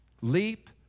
Leap